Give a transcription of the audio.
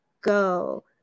go